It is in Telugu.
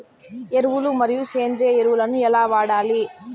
ఎరువులు మరియు సేంద్రియ ఎరువులని ఎలా వాడాలి?